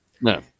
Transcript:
No